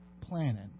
Planet